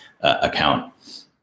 account